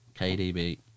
KDB